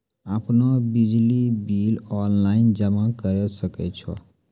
आपनौ बिजली bill online जमा करै सकै छौ?